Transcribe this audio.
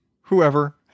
whoever